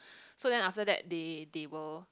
so then after that they they will